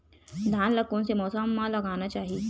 धान ल कोन से मौसम म लगाना चहिए?